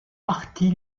parti